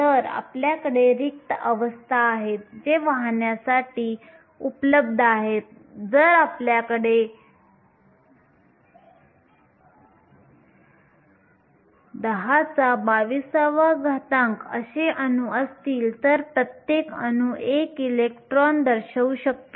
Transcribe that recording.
तर आपल्याकडे रिक्त अवस्था आहेत जे वाहण्यासाठी उपलब्ध आहेत जर आपल्याकडे 1022 अणू असतील तर प्रत्येक अणू 1 इलेक्ट्रॉन दर्शवू शकतो